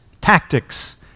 Tactics